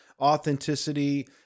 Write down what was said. authenticity